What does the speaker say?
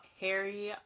Harry